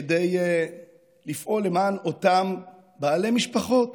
כדי לפעול למען אותם בעלי משפחות